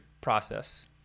process